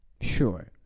Sure